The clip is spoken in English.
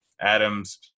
Adams